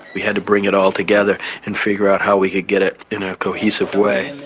we had to bring it all together and figure out how we could get it in a cohesive way.